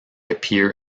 appear